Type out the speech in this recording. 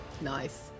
Nice